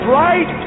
right